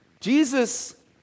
Jesus